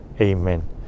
Amen